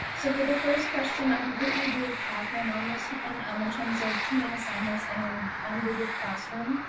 so for the first question, i completely agree with katherine on this one, and um in terms of turning assignments and in on google classroom,